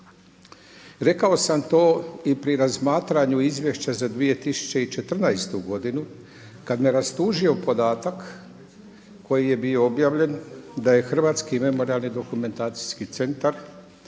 Rekao sam to i pri razmatranju izvješća za 2014. godinu kad me rastužio podatak koji je bio objavljen da je Hrvatski memorijalni-dokumentaciji centar